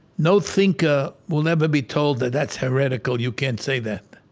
no thinker will ever be told that that's heretical, you can't say that.